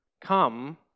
come